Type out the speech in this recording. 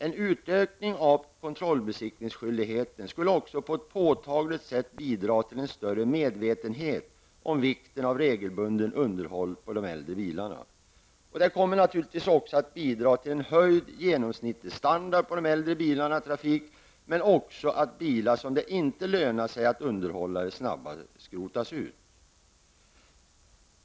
En utökning av kontrollbesiktningsskyldigheten skulle på ett påtagligt sätt bidra till en större medvetenhet om vikten av regelbundet underhåll av de äldre bilarna. Detta kommer naturligtvis också att bidra till en höjd genomsnittsstandard på de äldre bilarna i trafik, men också till att bilar som det inte lönar sig att underhålla snabbare skrotas.